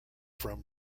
from